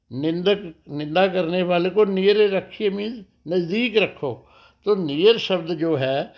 ਨਿੰਦਕ ਨਿੰਦਾ ਕਰਨੇ ਵਾਲੇ ਕੋ ਨੀਅਰੇ ਰੱਖੀਏ ਮੀਨਸ ਨਜ਼ਦੀਕ ਰੱਖੋ ਜੋ ਨੀਅਰ ਸ਼ਬਦ ਜੋ ਹੈ